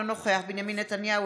אינו נוכח בנימין נתניהו,